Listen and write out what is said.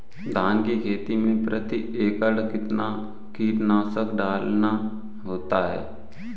धान की खेती में प्रति एकड़ कितना कीटनाशक डालना होता है?